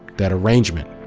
that arrangement.